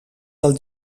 del